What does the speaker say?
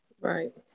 Right